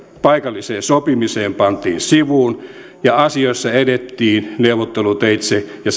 paikalliseen sopimiseen pantiin sivuun ja asioissa edettiin neuvotteluteitse ja